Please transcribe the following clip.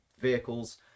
vehicles